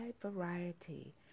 variety